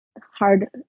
hard